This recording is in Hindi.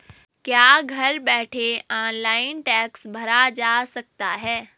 क्या घर बैठे ऑनलाइन टैक्स भरा जा सकता है?